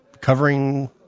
covering